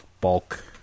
bulk